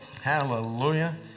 Hallelujah